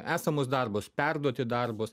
esamus darbus perduoti darbus